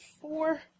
four